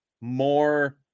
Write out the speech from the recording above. more